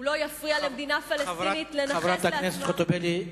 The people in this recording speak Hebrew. הוא לא יפריע למדינה פלסטינית לנכס לעצמה" חברת הכנסת חוטובלי,